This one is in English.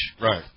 Right